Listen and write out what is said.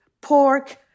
pork